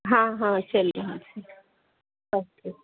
हँ हँ चलि रहल छै सभ किछु